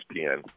ESPN